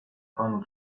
panu